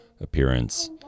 Appearance